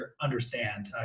understand